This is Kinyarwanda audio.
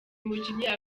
mukinnyi